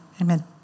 amen